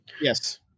yes